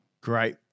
Great